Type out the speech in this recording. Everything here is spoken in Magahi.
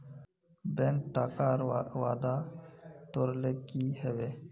बैंक टाकार वादा तोरले कि हबे